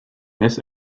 miss